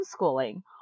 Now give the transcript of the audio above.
homeschooling